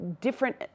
different